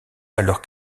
alors